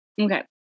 Okay